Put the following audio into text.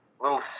little